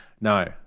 No